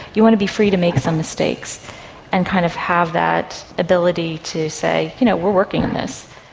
you want to be free to make some mistakes and kind of have that ability to say, you know, we're working on this.